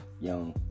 Young